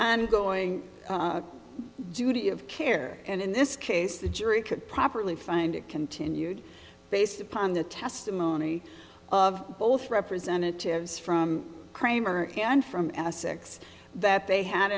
i'm going duty of care and in this case the jury could properly find it continued based upon the testimony of both representatives from kramer and from essex that they had